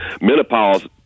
Menopause